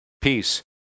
Peace